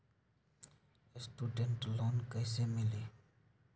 Student loan कैसे मिली?